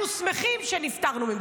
אנחנו שמחים שנפטרנו ממך.